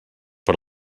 per